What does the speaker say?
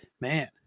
man